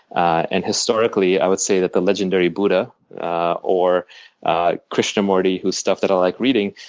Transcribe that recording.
and historically, i would say that the legendary buddha or christian mortey, whose stuff that i like reading,